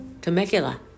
Temecula